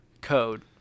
code